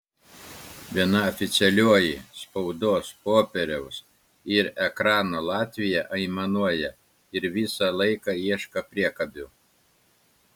viena oficialioji spaudos popieriaus ir ekrano latvija aimanuoja ir visą laiką ieško priekabių